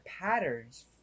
patterns